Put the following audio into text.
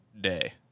day